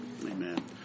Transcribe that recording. Amen